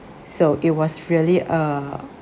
so it was really uh